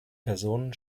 personen